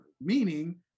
meaning